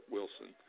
Wilson